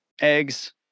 eggs